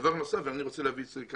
דבר נוסף שאני רוצה להעלות פה,